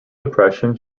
depression